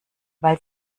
weil